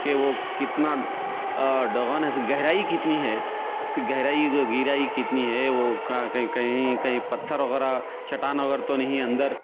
کہ وہ کتنا گہرائی کتنی ہے اس کی گہرائی و گیرائی کتنی ہے وہ کہیں کہیں پتھر وغیرہ چٹان وغیرہ تو نہیں ہے اندر